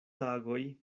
tagoj